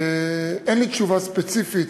אין לי תשובה ספציפית,